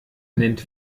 nennt